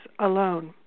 alone